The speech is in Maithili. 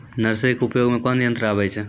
नर्सरी के उपयोग मे कोन यंत्र आबै छै?